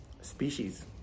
species